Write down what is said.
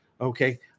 Okay